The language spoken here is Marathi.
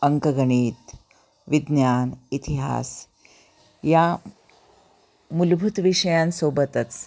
अंकगणित विज्ञान इतिहास या मूलभूत विषयां सोबतच